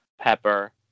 Pepper